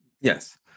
Yes